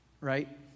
right